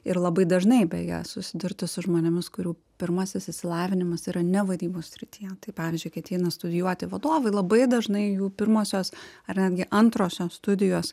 ir labai dažnai beje susidurti su žmonėmis kurių pirmasis išsilavinimas yra ne vadybos srityje tai pavyzdžiui kai ateina studijuoti vadovai labai dažnai jų pirmosios ar netgi antrosios studijos